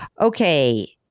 Okay